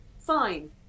fine